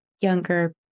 younger